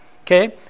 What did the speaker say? Okay